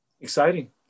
Exciting